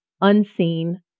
unseen